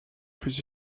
plus